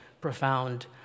profound